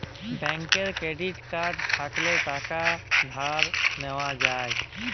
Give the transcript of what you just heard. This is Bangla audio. ব্যাংকের ক্রেডিট কাড় থ্যাইকলে টাকা ধার লিয়া যায়